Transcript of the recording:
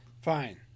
Fine